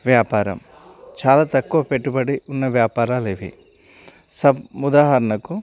వ్యాపారం చాలా తక్కువ పెట్టుబడి ఉన్న వ్యాపారాలు ఇవి సబ్ ఉదాహరణకు